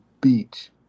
beach